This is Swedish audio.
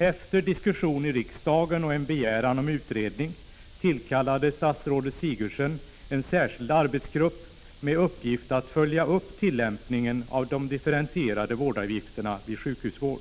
Efter diskussion i riksdagen som ledde fram till en begäran om utredning tillkallade statsrådet Sigurdsen en särskild arbetsgrupp med uppgift att följa upp tillämpningen av de differentierade vårdavgifterna vid sjukhusvård.